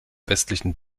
westlichen